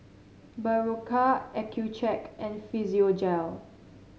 Berocca Accucheck and Physiogel